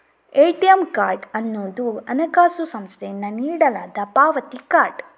ATM card ಅನ್ನುದು ಹಣಕಾಸು ಸಂಸ್ಥೆಯಿಂದ ನೀಡಲಾದ ಪಾವತಿ ಕಾರ್ಡ್